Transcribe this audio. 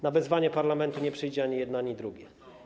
Na wezwanie parlamentu nie przyjdzie ani jedno, ani drugie.